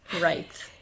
right